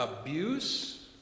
abuse